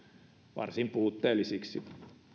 varsin puutteellisiksi